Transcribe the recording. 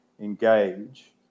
engage